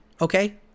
Okay